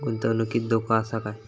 गुंतवणुकीत धोको आसा काय?